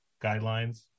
guidelines